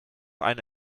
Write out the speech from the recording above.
eine